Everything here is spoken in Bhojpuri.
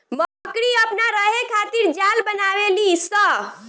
मकड़ी अपना रहे खातिर जाल बनावे ली स